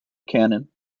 canon